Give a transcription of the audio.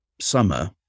summer